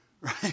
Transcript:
right